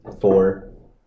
four